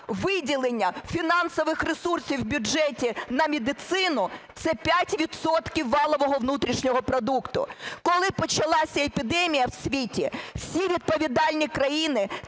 виділення фінансових ресурсів у бюджеті на медицину – це 5 відсотків валового внутрішнього продукту. Коли почалася епідемія в світі, всі відповідальні країни